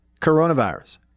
coronavirus